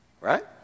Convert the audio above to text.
Right